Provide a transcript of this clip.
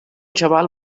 xaval